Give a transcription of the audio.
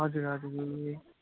हजुर हजुर ए